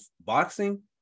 boxing